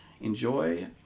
Enjoy